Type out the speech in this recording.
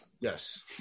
Yes